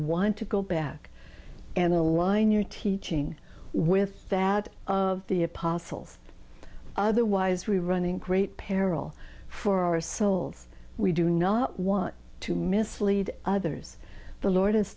want to go back and align your teaching with that of the apostles otherwise we're running great peril for our souls we do not want to mislead others the lord has